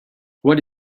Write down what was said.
what